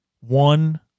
one